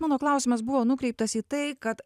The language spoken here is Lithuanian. mano klausimas buvo nukreiptas į tai kad